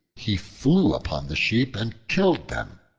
he flew upon the sheep and killed them,